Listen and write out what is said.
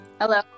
Hello